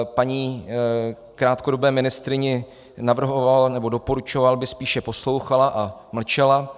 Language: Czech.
Paní krátkodobé ministryni navrhoval, nebo doporučoval, aby spíše poslouchala a mlčela.